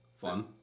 fun